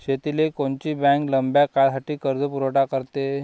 शेतीले कोनची बँक लंब्या काळासाठी कर्जपुरवठा करते?